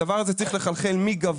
הדבר הזה צריך לחלחל מגבוה,